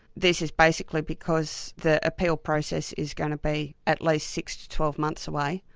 this is basically because the appeal process is going to be at least six to twelve months away,